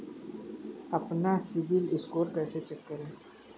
अपना सिबिल स्कोर कैसे चेक करें?